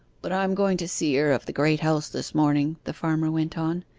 but i am going to see her of the great house this morning the farmer went on,